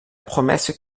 promesse